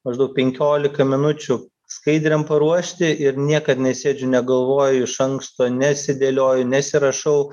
maždaug penkiolika minučių skaidrėm paruošti ir niekad nesėdžiu negalvoju iš anksto nesidėlioju nesirašau